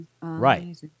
right